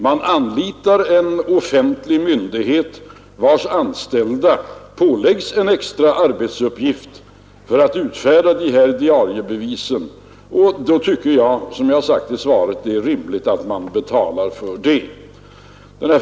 Man anlitar en offentlig myndighet vars anställda påläggs en extra arbetsuppgift för att utfärda dessa diariebevis, och då tycker jag som jag sagt i svaret att det är rimligt att man betalar för det.